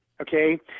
okay